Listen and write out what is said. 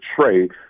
trade